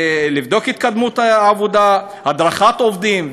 לבדוק התקדמות עבודה והדרכת עובדים.